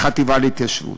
לחטיבה להתיישבות.